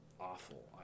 awful